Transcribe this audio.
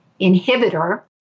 inhibitor